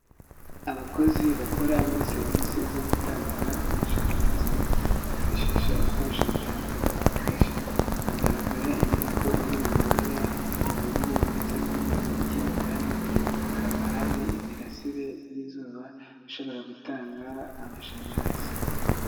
Abakozi bakora muri serivisi zo gutanga amashanyarazi bifashisha ibikoresho bitandukanye bibafasha, hagaragara inyubako iri mu mabara y'ubururu ndetse n'umweru ikindi kandi hakaba hari imirasire y'izuba ishobora gutanga amashanyarazi.